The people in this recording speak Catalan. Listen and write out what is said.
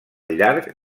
llarg